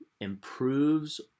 improves